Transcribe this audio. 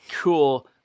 cool